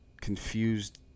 confused